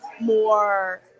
more